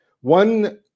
One